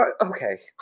Okay